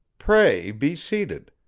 pray be seated.